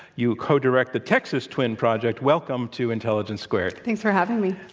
you co-direct the texas twin project. welcome to intelligence squared. thanks for having me.